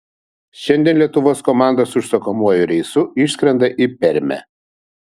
šiandien lietuvos komandos užsakomuoju reisu išskrenda į permę